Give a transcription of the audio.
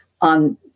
on